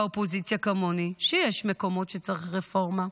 באופוזיציה כמוני, שיש מקומות שצריך רפורמה,